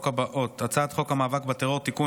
הבאות: הצעת חוק המאבק בטרור (תיקון,